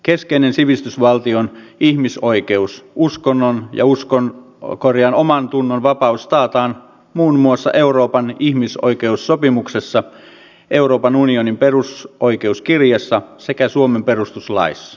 keskeinen sivistysvaltion ihmisoikeus uskonnon ja omantunnonvapaus taataan muun muassa euroopan ihmisoikeussopimuksessa euroopan unionin perusoikeuskirjassa sekä suomen perustuslaissa